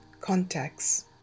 Contacts